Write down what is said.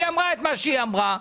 היא אמרה את מה שהיא אמרה.